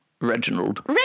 Reginald